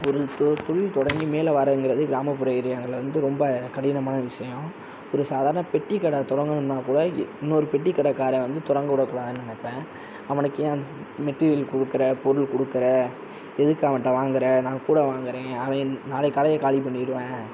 ஒரு தொழில் தொடங்கி மேலே வரவங்களுக்கு கிராமப்புற ஏரியாங்களில் வந்து ரொம்ப கடினமான விஷயம் ஒரு சாதாரண பெட்டி கடை தொடங்கணும்னா கூட இன்னொரு பெட்டி கடைக்காரன் வந்து தொடங்க விடக்கூடாதுனு நினைப்பேன் அவனுக்கு ஏன் அந்த மெட்டரியல் கொடுக்குறே பொருள் கொடுக்குறே எதுக்கு அவன்கிட்ட வாங்கறே நான் கூட வாங்கறேன் நாளைக்கு கடையை காலி பண்ணிடுவேன்